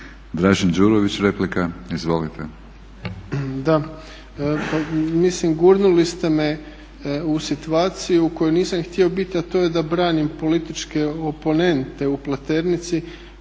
**Đurović, Dražen (HDSSB)** Mislim gurnuli ste me u situaciju u kojoj nisam htio biti, a to je da branim političke oponente u Pleternici